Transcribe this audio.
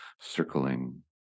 circling